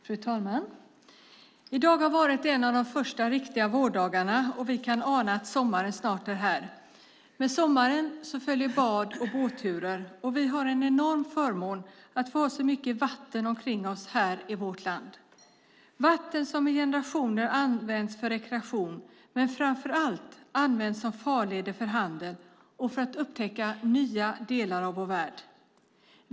Fru talman! I dag har det varit en av de första riktiga vårdagarna, och vi kan ana att sommaren snart är här. Med sommaren följer bad och båtturer, och vi har en enorm förmån att få ha så mycket vatten omkring oss i vårt land, vatten som i generationer använts för rekreation men som framför allt används som farleder för handel och för att upptäcka nya delar av vår värld.